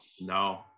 No